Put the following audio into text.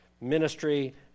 ministry